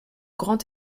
grand